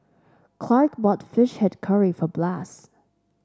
Clark bought fish head curry for Blas